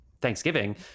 Thanksgiving